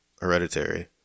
Hereditary